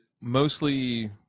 mostly